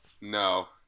no